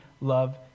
love